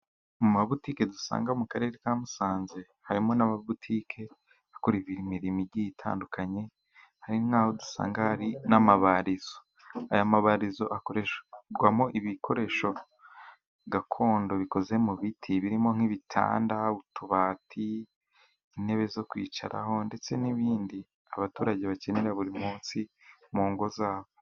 Mu mabutike dusanga mu karere ka Musanze, harimo n'amabutike akorarwamo imirimo igiye itandukanye, hari nk'aho dusanga hari n'amabarizo, aya mabarizo akorerwamo ibikoresho gakondo bikoze mu biti, birimo nk'ibitanda, utubati, intebe zo kwicaraho ndetse n'ibindi abaturage bakenera buri munsi mu ngo zabo.